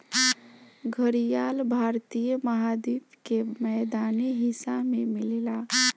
घड़ियाल भारतीय महाद्वीप के मैदानी हिस्सा में मिलेला